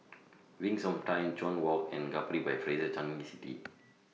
Wings of Time Chuan Walk and Capri By Fraser Changi City